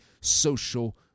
social